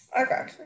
Okay